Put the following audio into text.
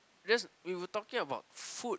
that's we were talking about food